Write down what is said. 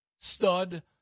stud